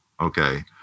okay